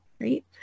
right